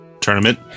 tournament